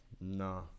no